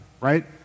right